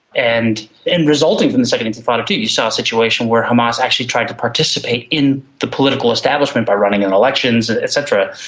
and resulting from the second intifada too you saw a situation where hamas actually tried to participate in the political establishment by running in elections, et cetera,